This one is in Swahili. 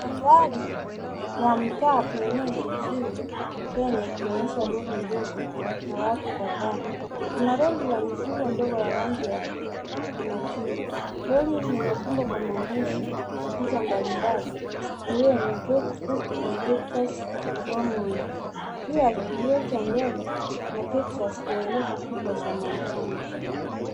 Mandhari ya mtaa pengine jijini Kenya ikionyesha lori ndogo na watu kadhaa. Kuna lori la mzigo ndogo ya rangi ya bluu na machungwa. Lori hili limepambwa kwa maandishi na picha mbalimbali ikiwemo get hooked and texas longhorns . Juu ya kioo cha mbele kuna Texas kwa herufi kubwa za manjano chini.